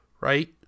Right